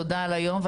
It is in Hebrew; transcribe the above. תודה על היום,